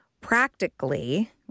practically